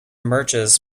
merges